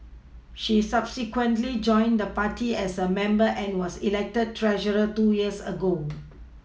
she subsequently joined the party as a member and was elected treasurer two years ago